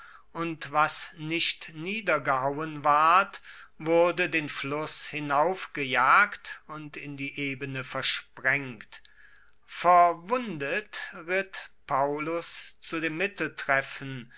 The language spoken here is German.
und was nicht niedergehauen ward wurde den fluss hinaufgejagt und in die ebene versprengt verwundert ritt paullus zu dem